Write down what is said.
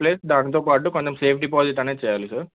plus దాంతోపాటు కొంచెం safe deposit అనేది చేయాలి సార్